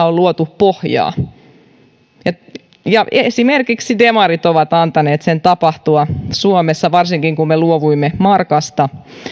on luotu pohjaa sille ja esimerkiksi demarit ovat antaneet sen tapahtua suomessa varsinkin kun me luovuimme markasta